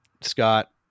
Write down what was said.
Scott